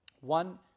one